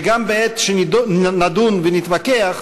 שגם בעת שנדון ונתווכח,